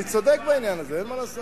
אני צודק בעניין הזה, אין מה לעשות.